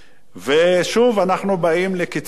ושוב אנחנו באים לקיצוצים,